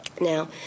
Now